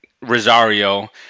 Rosario